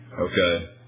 Okay